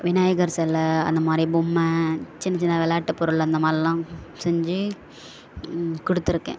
விநாயகர் சில அந்தமாதிரி பொம்மை சின்ன சின்ன விளாட்டு பொருள் அந்த மாதிரில்லாம் செஞ்சு கொடுத்துருக்கேன்